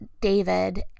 David